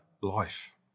life